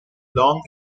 long